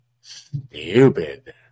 stupid